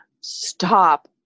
Stop